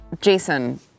Jason